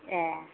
ए